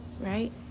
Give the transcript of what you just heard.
Right